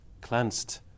cleansed